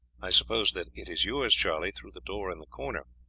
i suppose that is yours, charlie, through the door in the corner.